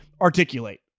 articulate